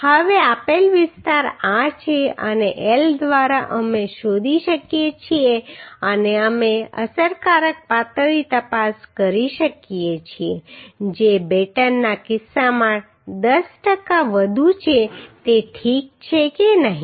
હવે આપેલ વિસ્તાર આ છે અને L દ્વારા અમે શોધી શકીએ છીએ અને અમે અસરકારક પાતળી તપાસ કરી શકીએ છીએ જે બેટનના કિસ્સામાં 10 ટકા વધુ છે તે ઠીક છે કે નહીં